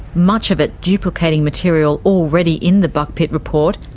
much of it duplicating material already in the buckpitt report,